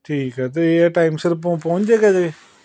ਠੀਕ ਹੈ ਅਤੇ ਇਹ ਹੈ ਟਾਈਮ ਸਿਰ ਪਹੁੰ ਪਹੁੰਚ ਜਾਏਗਾ ਜੇ